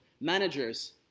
managers